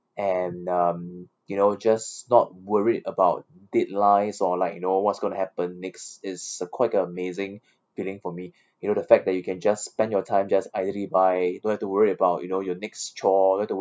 and um you know just not worried about deadlines or like you know what's going to happen next is a quite amazing feeling for me you know the fact that you can just spend your time just idly by don't have to worry about you know your next chore